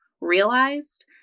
realized